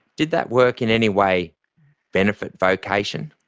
did that work in any way benefit vocation?